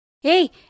Hey